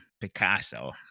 Picasso